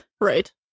Right